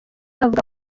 avuga